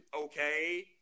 okay